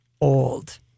old